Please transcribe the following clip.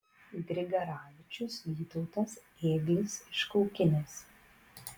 grigaravičius vytautas ėglis iš kaukinės